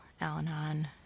Al-Anon